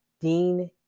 Dean